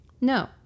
No